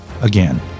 Again